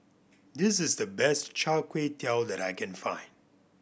this is the best Char Kway Teow that I can find